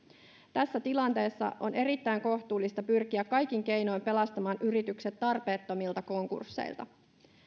tässä tilanteessa on erittäin kohtuullista pyrkiä kaikin keinoin pelastamaan yritykset tarpeettomilta konkursseilta